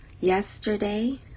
yesterday